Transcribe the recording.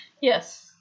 Yes